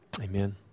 Amen